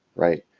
right?